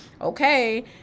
okay